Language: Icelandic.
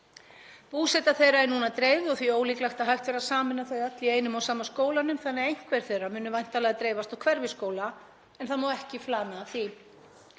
Búseta þeirra er núna dreifð og því ólíklegt að hægt verði að sameina þau öll í einum og sama skólanum þannig að einhver þeirra munu væntanlega dreifast á hverfisskóla, en það má ekki flana því.